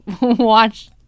watch